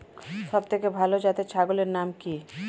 সবথেকে ভালো জাতের ছাগলের নাম কি?